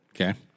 Okay